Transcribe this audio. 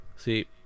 See